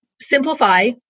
simplify